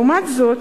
לעומת זאת,